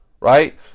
right